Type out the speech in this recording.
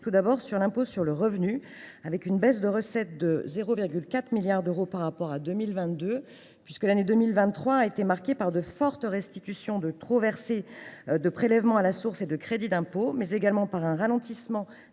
tout d’abord, de l’impôt sur le revenu, qui a connu une baisse de recettes de 0,4 milliard d’euros par rapport à 2022, l’année 2023 ayant été marquée par de fortes restitutions de trop versés de prélèvement à la source et de crédits d’impôt, par un ralentissement des